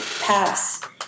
pass